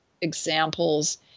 examples